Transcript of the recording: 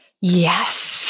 Yes